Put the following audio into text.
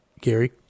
Gary